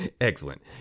excellent